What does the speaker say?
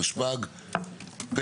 התשפ"ג-2022,